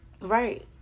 Right